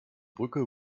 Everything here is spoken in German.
brücke